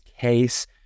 case